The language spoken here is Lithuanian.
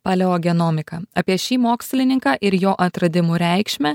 paleogenomiką apie šį mokslininką ir jo atradimų reikšmę